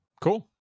Cool